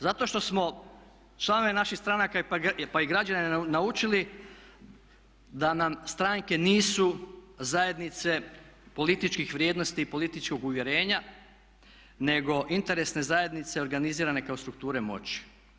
Zato što smo članove naših stranaka, pa i građane naučili da nam stranke nisu zajednice političkih vrijednosti i političkog uvjerenja, nego interesne zajednice organizirane kao strukture moći.